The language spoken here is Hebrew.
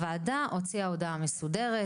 הוועדה הוציאה הודעה מסודרת,